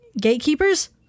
Gatekeepers